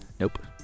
Nope